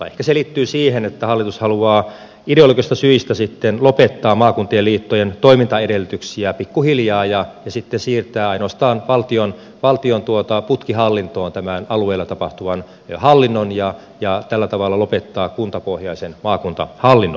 ehkä se liittyy siihen että hallitus haluaa ideologisista syistä sitten lopettaa maakuntien liittojen toimintaedellytyksiä pikkuhiljaa ja sitten siirtää ainoastaan valtion putkihallintoon tämän alueilla tapahtuvan hallinnon ja tällä tavalla lopettaa kuntapohjaisen maakuntahallinnon